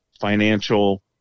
financial